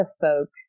folks